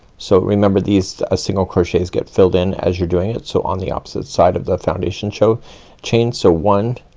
so remember these ah single crochets get filled in as you're doing it. so on the opposite side of the foundation row chain. so one,